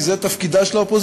כי זה תפקידה של האופוזיציה.